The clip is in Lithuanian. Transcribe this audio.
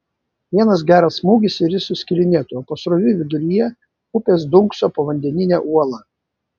vienas geras smūgis ir jis suskilinėtų o pasroviui viduryje upės dunkso povandeninė uola